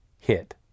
hit